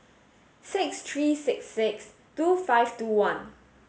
six three six six two five two one